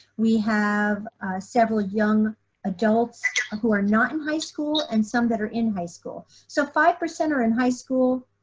we have several young adults who are not in high school and some that are in high school. so five percent are in high school.